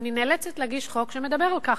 אני נאלצת להגיש חוק שמדבר על כך,